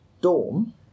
dorm